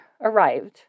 arrived